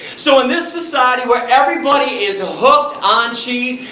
so in this society, where everybody is hooked on cheese.